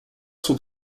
sont